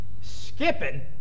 Skipping